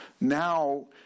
Now